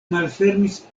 malfermis